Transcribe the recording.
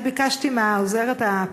אני ביקשתי מהעוזרת,